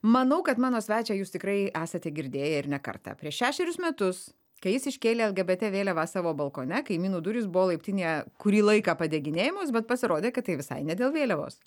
manau kad mano svečią jūs tikrai esate girdėję ir ne kartą prieš šešerius metus kai jis iškėlė lgbt vėliavą savo balkone kaimynų durys buvo laiptinėje kurį laiką padeginėjamos bet pasirodė kad tai visai ne dėl vėliavos